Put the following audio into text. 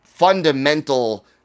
Fundamental